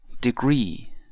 degree